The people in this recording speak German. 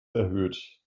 erhöht